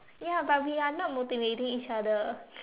ya but we are not motivating each other